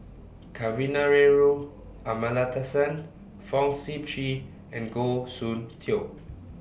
Kavignareru Amallathasan Fong Sip Chee and Goh Soon Tioe